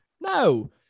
No